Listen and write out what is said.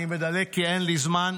אני מדלג כי אין לי זמן.